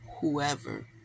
whoever